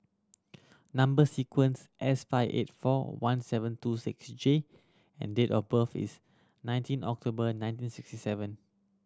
number sequence S five eight four one seven two six J and date of birth is nineteen October nineteen sixty seven